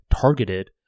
targeted